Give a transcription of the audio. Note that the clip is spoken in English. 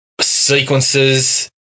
sequences